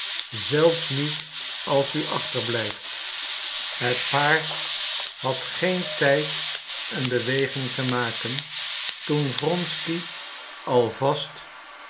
zelfs niet als u achter blijft het paard had geen tijd een beweging te maken toen wronsky al vast